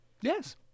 Yes